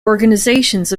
organisations